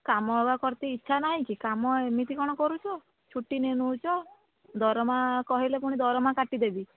କାମ କରତେ ଇଚ୍ଛା ନାହିଁ କି କାମ ଏମିତି କ'ଣ କରୁଛ ଛୁଟି ନେଇ ନେଉଛ ଦରମା କହିଲେ ପୁଣି ଦରମା କାଟିଦେବି